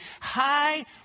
high